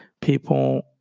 people